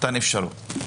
מתן אפשרות.